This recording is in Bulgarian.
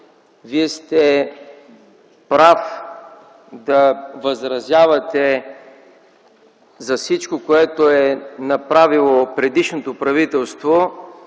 Вие сте прав да възразявате за всичко, което е направило предишното правителство,